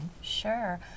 Sure